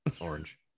Orange